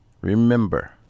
remember